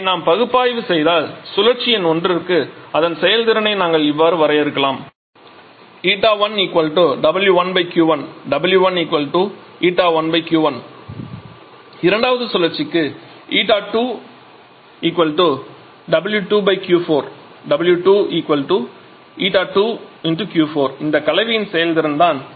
இதை நாம் பகுப்பாய்வு செய்தால் சுழற்சி எண் ஒன்றிற்கு அதன் செயல்திறனை நாம் இவ்வாறு வரையறுக்கலாம் 𝜂1 𝑊1 𝑄1 𝑊1 𝜂1 𝑄1 இரண்டாவது சுழற்சிக்கு 𝜂2 𝑊2 𝑄4 𝑊2 𝜂2 𝑄4 இதை கலவையின் செயல்திறன் தான்